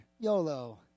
YOLO